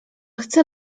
chce